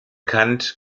kant